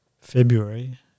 February